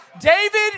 David